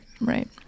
Right